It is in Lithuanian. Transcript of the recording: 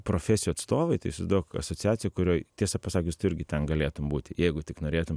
profesijų atstovai tai įsivaizduok asociacija kurioj tiesą pasakius tu irgi ten galėtum būti jeigu tik norėtum